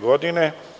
godine.